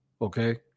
okay